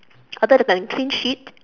either they can clean shit